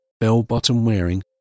bell-bottom-wearing